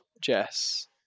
Jess